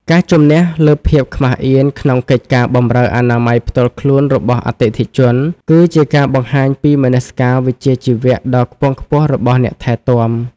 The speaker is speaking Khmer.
ការជំនះលើភាពខ្មាសអៀនក្នុងកិច្ចការបម្រើអនាម័យផ្ទាល់ខ្លួនរបស់អតិថិជន គឺជាការបង្ហាញពីមនសិការវិជ្ជាជីវៈដ៏ខ្ពង់ខ្ពស់របស់អ្នកថែទាំ។